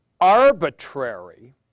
arbitrary